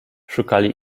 szukali